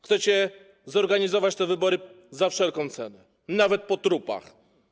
Chcecie zorganizować te wybory za wszelką cenę, nawet po trupach.